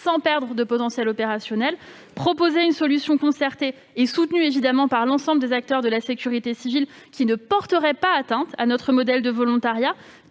sans perdre de potentiel opérationnel et proposer une solution concertée et soutenue par l'ensemble des acteurs de la sécurité civile, qui ne porterait pas atteinte à notre modèle de volontariat,